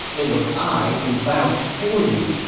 it was i who vouched for you.